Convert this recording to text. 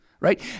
right